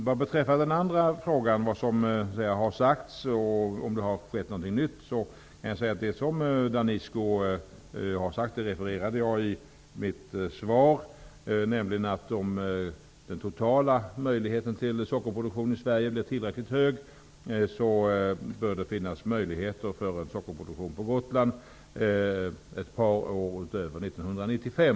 Vad beträffar den andra frågan, om det som har sagts och om huruvida det har skett någonting nytt, kan jag säga att jag i mitt svar refererade det som Danisco anfört i sitt svar. Det var att om den totala möjligheten till sockerproduktion i Sverige blir tillräckligt stor, bör det finnas förutsättningar för sockerproduktion på Gotland ett par år utöver 1995.